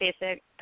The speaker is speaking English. basic